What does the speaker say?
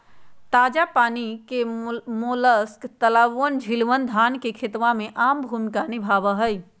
ताजा पानी के मोलस्क तालाबअन, झीलवन, धान के खेतवा में आम भूमिका निभावा हई